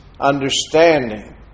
understanding